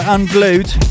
Unglued